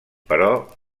però